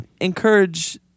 encourage